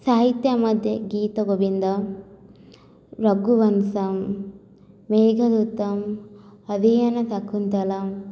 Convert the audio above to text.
साहित्यमध्ये गीतगोविन्दं रघुवंशं मेघदूतम् अभिज्ञानशाकुन्तलम्